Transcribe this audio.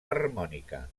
harmònica